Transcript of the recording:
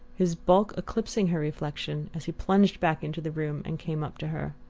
his bulk eclipsing her reflection as he plunged back into the room and came up to her.